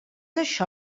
això